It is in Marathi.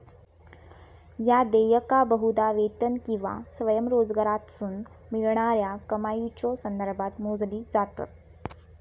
ह्या देयका बहुधा वेतन किंवा स्वयंरोजगारातसून मिळणाऱ्या कमाईच्यो संदर्भात मोजली जातत